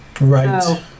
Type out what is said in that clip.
Right